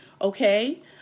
okay